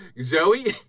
Zoe